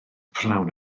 prynhawn